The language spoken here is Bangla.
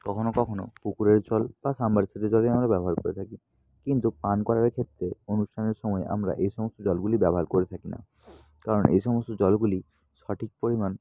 কখনো কখনো পুকুরের জল বা সাবমার্শেবলের জলই আমরা ব্যবহার করে থাকি কিন্তু পান করার ক্ষেত্রে অনুষ্ঠানের সময় আমরা এ সমস্ত জলগুলি ব্যবহার করে থাকি না কারণ এই সমস্ত জলগুলি সঠিক পরিমাণ